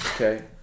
Okay